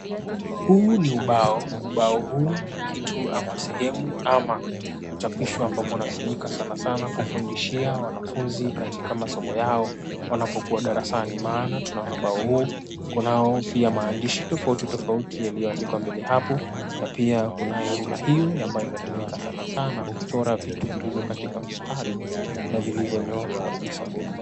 Huu ni ubao. Ubao huu ni kitu ama sehemu ama mchapisho ambapo unatumika sanasana kufundishia wanafunzi katika masomo yao wanapokua darasani maana tunaona ubao huu kunao pia maandishi tofautitofauti yaliyoandikwa mbele hapo na pia kunayo rula hiyo ambayo inatumika sanasana kuchora vitu katika mstari na vikivyonyooka kabisa.